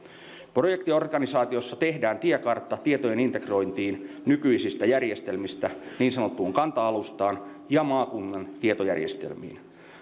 projektiorganisaatiossa tehdään tiekartta tietojen integrointiin nykyisistä järjestelmistä niin sanottuun kanta alustaan ja maakunnan tietojärjestelmiin